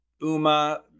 Uma